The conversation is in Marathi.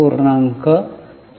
64 होते